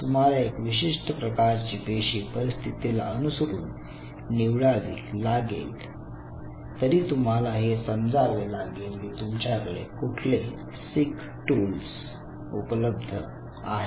तुम्हाला एक विशिष्ट प्रकारची पेशी परिस्थितीला अनुसरून निवडावि लागेल तरी तुम्हाला हे समजावे लागेल की तुमच्याकडे कुठले सिक टूल्स उपलब्ध आहेत